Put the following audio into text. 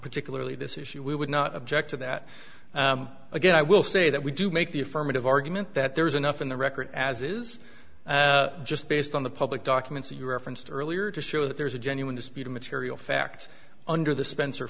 particularly this issue we would not object to that again i will say that we do make the affirmative argument that there is enough in the record as is just based on the public documents you referenced earlier to show that there is a genuine dispute of material facts under the spencer